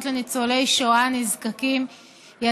לניצולי שואה נזקקים (תיקוני חקיקה,